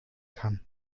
kann